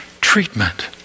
treatment